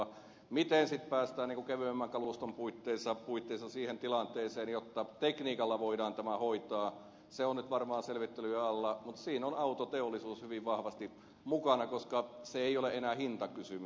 se miten sitten päästään kevyemmän kaluston puitteissa siihen tilanteeseen jotta tekniikalla voidaan tämä hoitaa on nyt varmaan selvittelyjen alla mutta siinä on autoteollisuus hyvin vahvasti mukana koska se ei ole enää hintakysymys